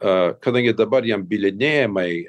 o kadangi dabar jambylinėjimai